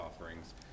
offerings